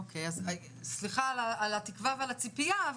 סליחה על התקווה ועל הציפייה,